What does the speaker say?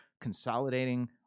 consolidating